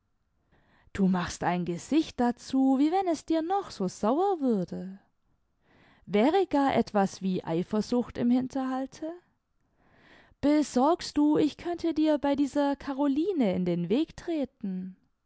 du machst ein gesicht dazu wie wenn es dir noch so sauer würde wäre gar etwas wie eifersucht im hinterhalte besorgst du ich könnte dir bei dieser caroline in den weg treten